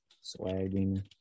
Swagging